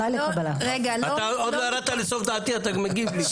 אתה עוד לא ירדת לסוף דעתי, ואתה מגיב לי.